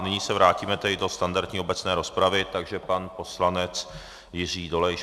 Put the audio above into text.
Nyní se vrátíme do standardní obecné rozpravy, takže pan poslanec Jiří Dolejš.